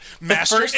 Master